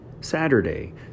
Saturday